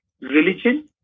religion